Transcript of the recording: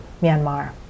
Myanmar